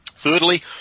Thirdly